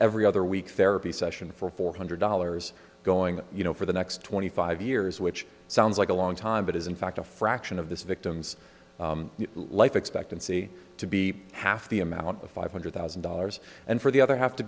every other week therapy session for four hundred dollars going that you know for the next twenty five years which sounds like a long time but is in fact a fraction of this victim's life expectancy to be half the amount of five hundred thousand dollars and for the other have to